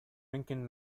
rincon